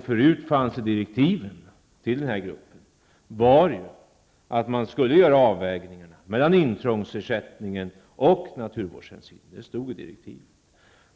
Tidigare sades i direktiven till gruppen att man skulle göra avvägningar mellan intrångsersättning och naturvårdshänsyn.